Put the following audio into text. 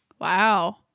Wow